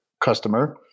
customer